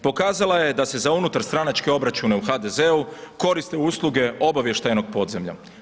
Pokazala je da se za unutarstranačke obračune u HDZ-u koriste usluge obavještajnog podzemlja.